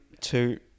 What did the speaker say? two